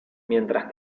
mientras